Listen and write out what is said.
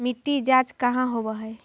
मिट्टी जाँच कहाँ होव है?